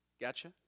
Gotcha